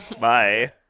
Bye